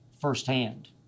firsthand